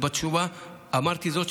בתשובה אמרתי זאת,